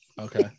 okay